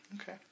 Okay